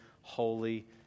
holy